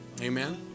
amen